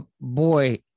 boy